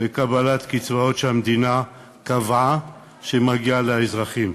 לקבלת קצבאות שהמדינה קבעה שמגיעות לאזרחים.